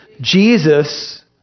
Jesus